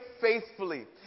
faithfully